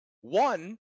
One